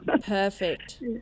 Perfect